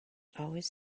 always